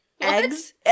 Eggs